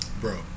bro